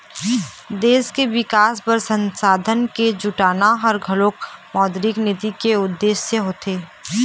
देश के बिकास बर संसाधन के जुटाना ह घलोक मौद्रिक नीति के उद्देश्य होथे